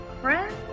Friends